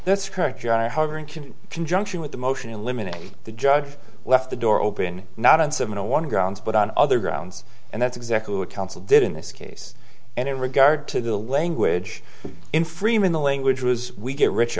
that's correct you are hovering conjunction with the motion eliminate the judge left the door open not on someone grounds but on other grounds and that's exactly what counsel did in this case and in regard to the language in freeman the language was we get rich